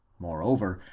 moreover,